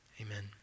amen